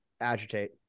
agitate